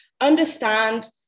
understand